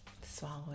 Swallow